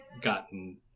gotten